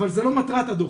אבל זה לא מטרת הדוח.